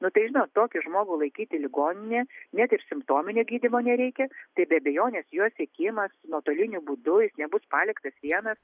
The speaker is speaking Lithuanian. nu tai žinot tokį žmogų laikyti ligoninėje net ir simptominio gydymo nereikia tai be abejonės jo siekimas nuotoliniu būdu jis nebus paliktas vienas